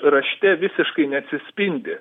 rašte visiškai neatsispindi